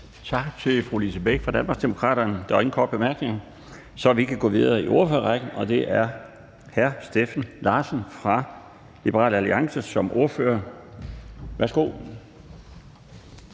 Tak til fru Lise Bech fra Danmarksdemokraterne. Der er ingen korte bemærkninger, så vi kan gå videre i ordførerrækken, og det er hr. Steffen Larsen fra Liberal Alliance som ordfører. Værsgo.